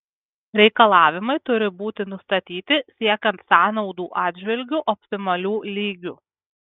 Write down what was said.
reikalavimai turi būti nustatyti siekiant sąnaudų atžvilgiu optimalių lygių